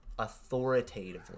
Authoritatively